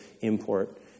import